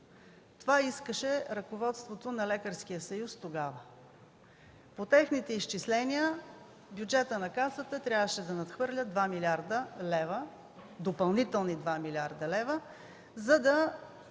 Това искаше ръководството на Лекарския съюз тогава. По техните изчисления бюджетът на Касата трябваше да надхвърля допълнителни 2 млрд. лева, за да